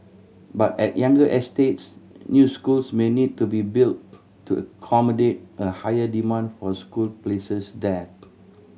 but at younger estates new schools may need to be built to accommodate a higher demand for school places there